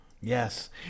Yes